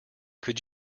could